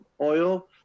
oil